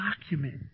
document